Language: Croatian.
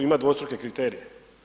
Imati dvostruke kriterije.